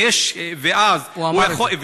הוא אמר את זה.